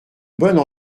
bonne